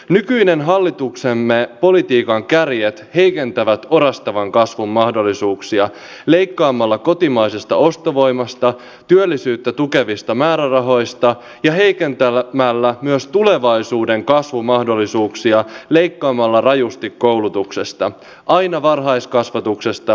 nykyisen hallituksemme politiikan kärjet heikentävät orastavan kasvun mahdollisuuksia leikkaamalla kotimaisesta ostovoimasta työllisyyttä tukevista määrärahoista ja heikentämällä myös tulevaisuuden kasvumahdollisuuksia leikkaamalla rajusti koulutuksesta aina varhaiskasvatuksesta korkeakouluihin